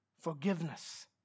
Forgiveness